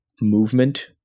movement